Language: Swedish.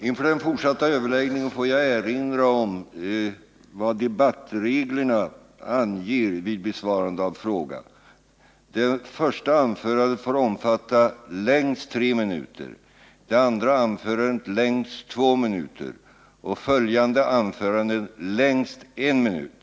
Inför den fortsatta överläggningen får jag erinra om vad debattreglerna anger vid besvarande av fråga. Det första anförandet får omfatta längst tre minuter, det andra anförandet längst två minuter och följande anföranden längst en minut.